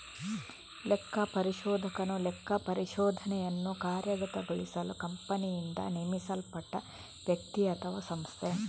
ಲೆಕ್ಕಪರಿಶೋಧಕನು ಲೆಕ್ಕಪರಿಶೋಧನೆಯನ್ನು ಕಾರ್ಯಗತಗೊಳಿಸಲು ಕಂಪನಿಯಿಂದ ನೇಮಿಸಲ್ಪಟ್ಟ ವ್ಯಕ್ತಿ ಅಥವಾಸಂಸ್ಥೆ